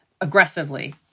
aggressively